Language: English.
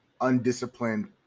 undisciplined